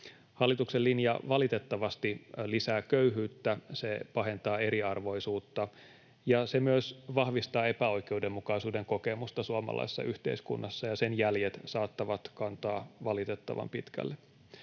Hallituksen linja valitettavasti lisää köyhyyttä. Se pahentaa eriarvoisuutta, ja se myös vahvistaa epäoikeudenmukaisuuden kokemusta suomalaisessa yhteiskunnassa, ja sen jäljet saattavat kantaa valitettavan pitkälle.